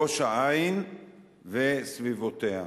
ראש-העין וסביבותיה.